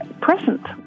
present